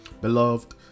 Beloved